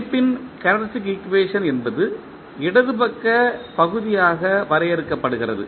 அமைப்பின் characteristic equation என்பது இடது பக்க பகுதியாக வரையறுக்கப்படுகிறது